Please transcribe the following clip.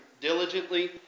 diligently